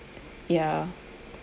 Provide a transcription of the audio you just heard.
ya